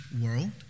world